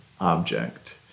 object